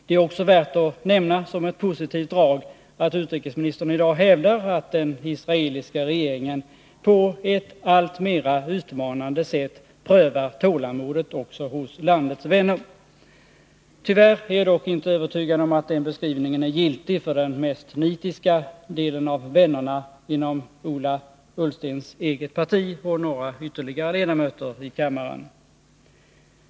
Det är också värt att nämna som ett positivt drag att utrikesministern i dag hävdar, att den israeliska regeringen ”på ett alltmera utmanande sätt prövar tålamodet också hos landets vänner”. Tyvärr är jag dock inte övertygad om att den beskrivningen är giltig för de mest nitiska ”vännerna” inom Ola Ullstens eget parti och ytterligare några ledamöter i kammaren.